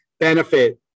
benefit